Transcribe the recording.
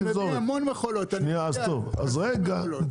אני מביא המון מכולות, אני יודע.